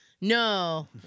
No